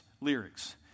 lyrics